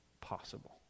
possible